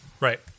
right